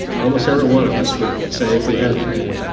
almost every one of us would say if we have a